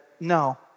no